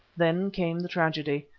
then came the tragedy.